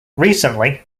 recently